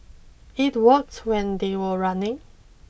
it worked when they were running